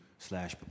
Slash